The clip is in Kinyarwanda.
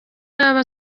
yaba